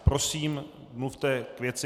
Prosím, mluvte k věci.